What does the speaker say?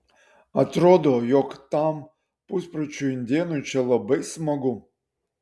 atrodo jog tam puspročiui indėnui čia labai smagu